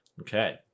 Okay